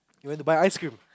we went to buy ice cream